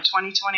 2020